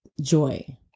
joy